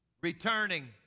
returning